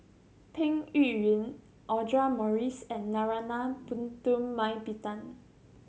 Peng Yuyun Audra Morrice and Narana Putumaippittan